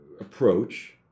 approach